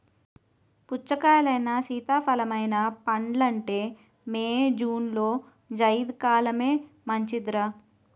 పుచ్చకాయలైనా, సీతాఫలమైనా పండాలంటే మే, జూన్లో జైద్ కాలమే మంచిదర్రా